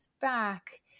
back